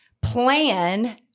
plan